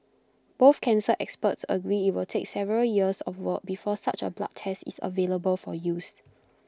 both cancer experts agree IT will take several years of work before such A blood test is available for use